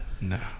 No